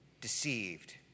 deceived